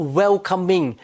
welcoming